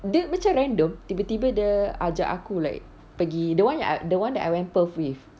dia macam random tiba-tiba dia ajak aku like pergi the one the one that I went perth with